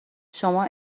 شما